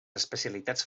especialitats